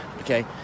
Okay